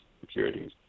securities